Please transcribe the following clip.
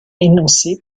énoncé